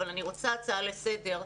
אבל אני רוצה להציע הצעה לסדר.